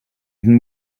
even